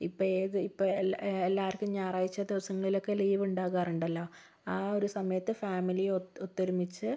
ഇപ്പം ഏത് ഇപ്പോൾ എല്ലാ എല്ലാവർക്കും ഞായറാഴ്ച ദിവസങ്ങളിലൊക്കെ ലീവുണ്ടാകാറുണ്ടല്ലോ ആ ഒരു സമയത്ത് ഫാമിലി ഒത്തൊരുമിച്ച്